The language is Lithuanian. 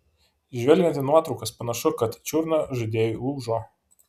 žvelgiant į nuotraukas panašu kad čiurna žaidėjui lūžo